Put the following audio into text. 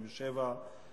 97),